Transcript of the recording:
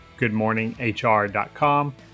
goodmorninghr.com